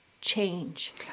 change